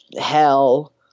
hell